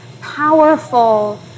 powerful